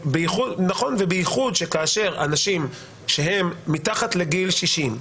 בייחוד כאשר אנשים הם מתחת לגיל 60,